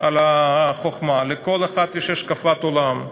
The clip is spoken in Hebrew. על החוכמה, לכל אחד יש השקפת עולם,